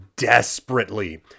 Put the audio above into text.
desperately